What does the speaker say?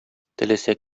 теләсә